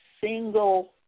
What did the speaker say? single